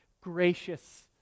gracious